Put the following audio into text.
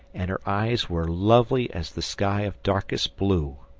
and her eyes were lovely as the sky of darkest blue.